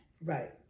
Right